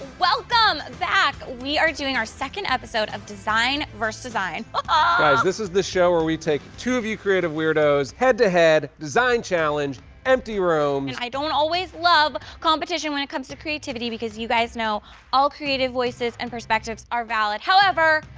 welcome back! we are doing our second episode of design vs design ah guys this is the show where we take two of you creative weirdos head-to-head design challenge empty rooms i don't always love competition when it comes to creativity because you guys know all creative voices and perspectives are valid however,